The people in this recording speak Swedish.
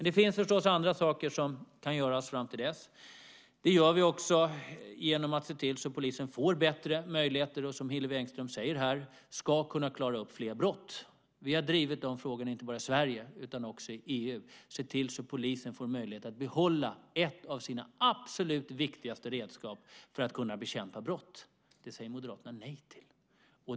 Det finns förstås andra saker som kan göras fram till dess. Det gör vi också, genom att se till att polisen får bättre möjligheter och, som Hillevi Engström säger, kan klara upp fler brott. Vi har drivit de frågorna inte bara i Sverige utan också i EU. Vi har sett till att polisen får möjlighet att behålla ett av sina absolut viktigaste redskap för att kunna bekämpa brott. Det säger Moderaterna nej till.